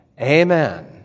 Amen